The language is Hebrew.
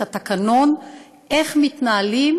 את התקנון איך מתנהלים,